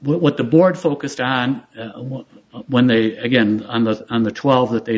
what the board focused on what when they again i'm not on the twelve that they